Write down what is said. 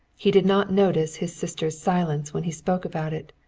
he did not notice his sister's silence when he spoke about it.